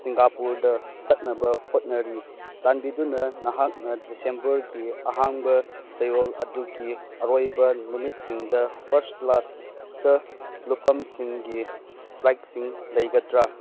ꯁꯤꯡꯒꯥꯄꯨꯔꯗ ꯆꯠꯅꯕ ꯍꯣꯠꯅꯔꯤ ꯆꯥꯟꯕꯤꯗꯨꯅ ꯅꯍꯥꯛꯅ ꯗꯤꯁꯦꯝꯕꯔꯒꯤ ꯑꯍꯥꯡꯕ ꯆꯌꯣꯜ ꯑꯗꯨꯒꯤ ꯑꯔꯣꯏꯕ ꯅꯨꯃꯤꯠꯁꯤꯡꯗ ꯐꯔꯁ ꯀ꯭ꯂꯥꯁꯇ ꯂꯧꯐꯝꯁꯤꯡꯒꯤ ꯐ꯭ꯂꯥꯏꯠꯁꯤꯡ ꯂꯩꯒꯗ꯭ꯔ